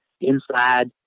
inside